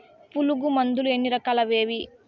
పులుగు మందులు ఎన్ని రకాలు అవి ఏవి?